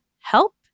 help